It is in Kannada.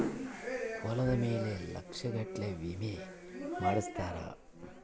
ಹೊಲದ ಮೇಲೆ ಲಕ್ಷ ಗಟ್ಲೇ ವಿಮೆ ಮಾಡ್ಸಿರ್ತಾರ